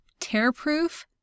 tearproof